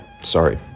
sorry